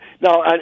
Now